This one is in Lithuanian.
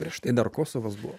prieš tai dar kosovas buvo